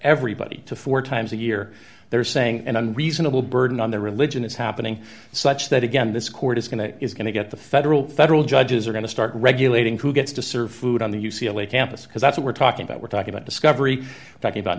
everybody to four times a year they're saying and a reasonable burden on their religion is happening such that again this court is going to is going to get the federal federal judges are going to start regulating who gets to serve food on the u c l a campus because that's what we're talking about we're talking about discovery talking about